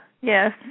Yes